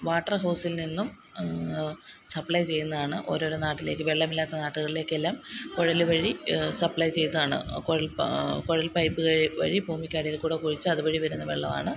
water ഹൗസ്സില് നിന്നും supply ചെയ്യുന്നതാണ് ഓരോരോ നാട്ടിലേക്ക് വെള്ളമില്ലാത്ത നാട്ട്കളിലേക്ക് എല്ലാം കുഴൽ വഴി സപ്ലൈ ചെയ്താണ് കുഴല് പ കുഴല് പൈപ്പ് വഴി വഴി ഭൂമിക്ക് അടിയില് കൂടെ കുഴിച്ച് അത് വഴി വരുന്ന വെള്ളവാണ്